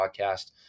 podcast